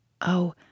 Oh